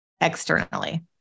externally